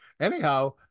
Anyhow